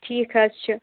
ٹھیٖک حظ چھِ